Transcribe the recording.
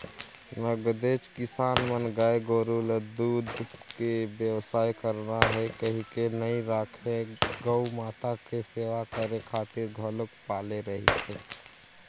नगदेच किसान मन गाय गोरु ल दूद के बेवसाय करना हे कहिके नइ राखे गउ माता के सेवा करे खातिर घलोक पाले रहिथे